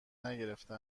نگرفته